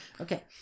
Okay